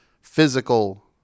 physical